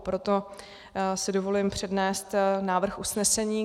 Proto si dovolím přednést návrh usnesení.